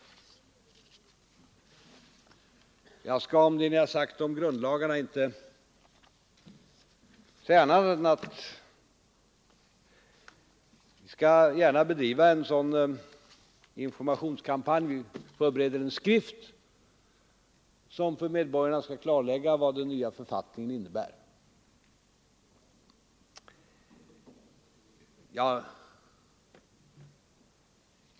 Jag skall om det som framhållits tidigare i debatten om grundlagarna inte säga annat än att vi gärna skall bedriva en informationskampanj om dessa. Vi förbereder en skrift som för medborgarna skall klarlägga vad den nya författningen innebär.